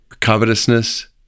covetousness